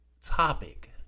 topic